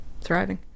thriving